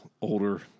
older